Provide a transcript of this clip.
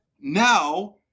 now